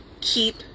Keep